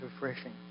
refreshing